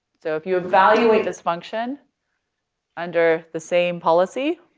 so if you evaluate this function under the same policy,